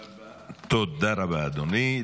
תודה רבה, אדוני.